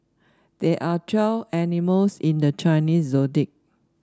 there are twelve animals in the Chinese Zodiac